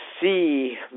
see